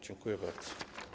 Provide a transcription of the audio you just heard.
Dziękuję bardzo.